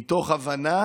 מתוך הבנה